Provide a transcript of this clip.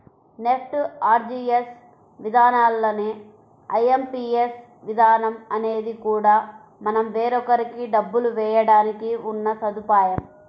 NEFT, RTGS విధానాల్లానే IMPS విధానం అనేది కూడా మనం వేరొకరికి డబ్బులు వేయడానికి ఉన్న సదుపాయం